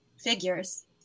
figures